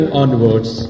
onwards